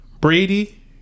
Brady